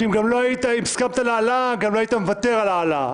שאם לא הסכמתם להעלאה גם הייתם מוותרים על ההעלאה,